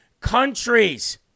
countries